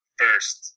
first